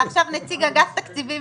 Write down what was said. ועכשיו נציג אגף תקציבים,